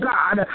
God